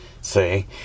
See